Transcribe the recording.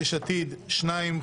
ליש עתיד שניים,